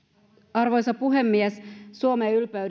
arvoisa puhemies suomen ylpeydenaiheet